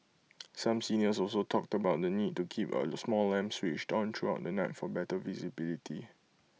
some seniors also talked about the need to keep A small lamp switched on throughout the night for better visibility